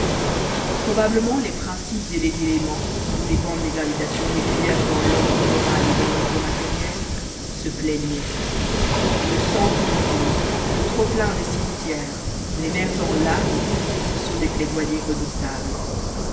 probablement les principes et les éléments d'où dépendent les gravitations régulières dans l'ordre moral comme dans l'ordre matériel se plaignaient le sang qui fume le trop-plein des cimetières les mères en larmes ce sont des plaidoyers redoutables